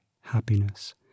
happiness